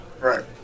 right